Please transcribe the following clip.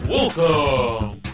Welcome